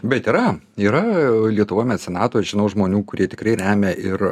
bet yra yra lietuvoj mecenatų ir žinau žmonių kurie tikrai remia ir